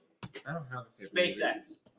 SpaceX